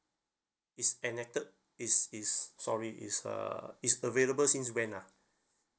it's enacted is is sorry it's uh it's available since when ah